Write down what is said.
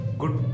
good